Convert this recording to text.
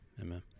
amen